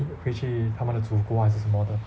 回去他们的祖国还是什么的